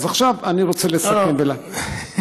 אז עכשיו אני רוצה לסכם, לא, לא.